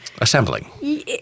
Assembling